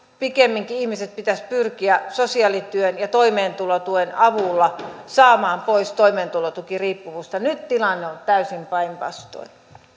pikemminkin ihmiset pitäisi pyrkiä saamaan sosiaalityön ja toimeentulotuen avulla pois toimeentulotukiriippuvuudesta nyt tilanne on täysin päinvastoin